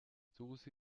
susi